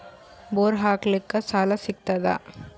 Bore ಹಾಕಲಿಕ್ಕ ಸಾಲ ಸಿಗತದ?